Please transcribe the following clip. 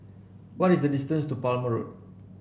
what is the distance to Palmer Road